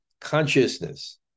consciousness